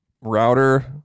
router